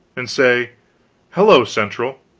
and say hello, central!